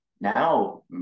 now